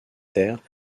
terres